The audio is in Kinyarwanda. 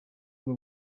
bwo